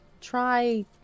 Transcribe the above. try